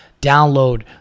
download